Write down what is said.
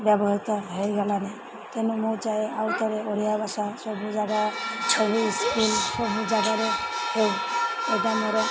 ବ୍ୟବହୃତ ହେଇଗଲାନି ତେଣୁ ମୁଁ ଚାହେଁ ଆଉ ଥରେ ଓଡ଼ିଆ ଭାଷା ସବୁ ଜାଗା ସବୁ ଜାଗାରେ ହେଉ ଏଇଟା ମୋର